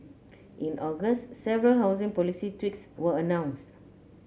in August several housing policy tweaks were announced